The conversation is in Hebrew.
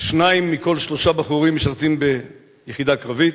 ושניים מכל שלושה בחורים משרתים ביחידה קרבית,